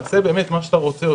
תעשה באמת מה שאתה רוצה,